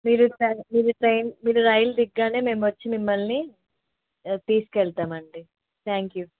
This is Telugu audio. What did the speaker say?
మీరు మీరు ట్రైన్ మీరు రైలు దిగగానే మేము వచ్చి మిమ్మల్ని తీసుకెళ్తామండి థ్యాంక్ యూ